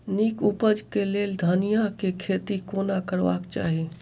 नीक उपज केँ लेल धनिया केँ खेती कोना करबाक चाहि?